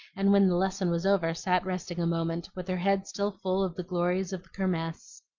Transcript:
and when the lesson was over sat resting a moment, with her head still full of the glories of the kirmess.